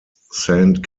saint